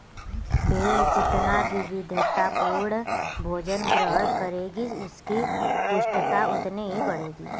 भेंड़ जितना विविधतापूर्ण भोजन ग्रहण करेगी, उसकी पुष्टता उतनी ही बढ़ेगी